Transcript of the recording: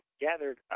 gathered